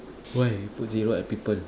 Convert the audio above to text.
why you put zero at people